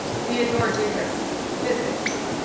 theodore ducas, physics.